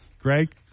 Greg